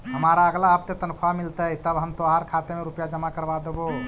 हमारा अगला हफ्ते तनख्वाह मिलतई तब हम तोहार खाते में रुपए जमा करवा देबो